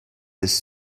this